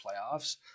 playoffs